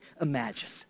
imagined